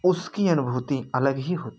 उसकी अनुभूति अलग ही होती है